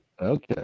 okay